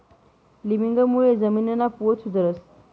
लिमिंगमुळे जमीनना पोत सुधरस